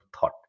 thought